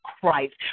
Christ